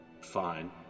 fine